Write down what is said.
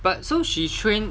but so she trained